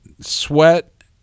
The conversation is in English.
sweat